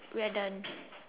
we are done